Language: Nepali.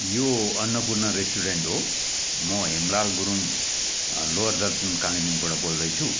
यो अन्नपूर्ण रेष्टुरेन्ट हो म हेमलाल गुरुङ लोवर दर्चन कालिम्पोङबाट बोल्दैछु